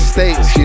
States